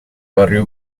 barrio